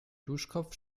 duschkopf